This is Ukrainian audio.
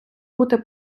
бути